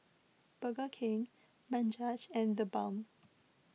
Burger King Bajaj and the Balm